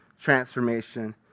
transformation